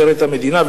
לשרת את המדינה,